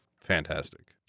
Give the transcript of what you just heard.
Fantastic